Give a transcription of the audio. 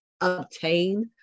obtain